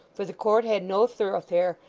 for the court had no thoroughfare,